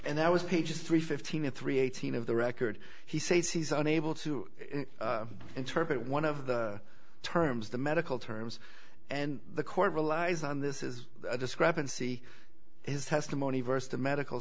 and that was pages three fifteen and three eighteen of the record he says he's unable to interpret one of the terms the medical terms and the court relies on this is a discrepancy his testimony versed a medical